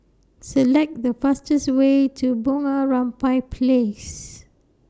Select The fastest Way to Bunga Rampai Place